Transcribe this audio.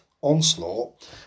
Onslaught